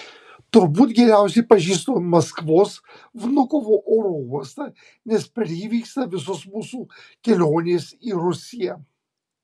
turbūt geriausiai pažįstu maskvos vnukovo oro uostą nes per jį vyksta visos mūsų kelionės į rusiją